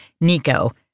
Nico